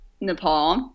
Nepal